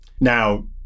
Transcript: Now